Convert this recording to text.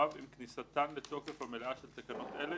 (ו) עם כניסתן לתוקף המלאה של תקנות אלה,